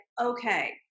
okay